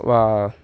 वा